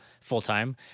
full-time